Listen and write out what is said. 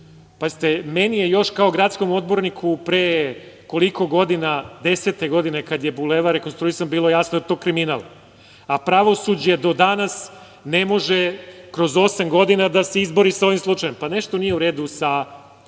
Pazite, meni je još kao gradskom odborniku pre koliko godina, 2010. godine kada je Bulevar rekonstruisan bilo jasno da je to kriminal. Pravosuđe do danas ne može kroz osam godina da se izbori sa ovim slučajem. Nešto nije u redu sa